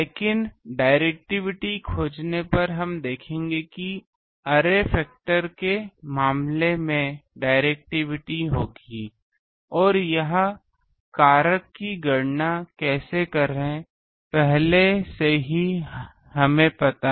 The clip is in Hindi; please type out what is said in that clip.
लेकिन डाइरेक्टिविटी खोजने पर हम देखेंगे कि अरे फैक्टर के मामले में डाइरेक्टिविटी होगी और यह कारक की गणना कैसे करें पहले से ही हमें पता है